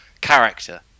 character